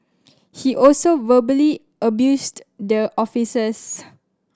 he also verbally abused the officers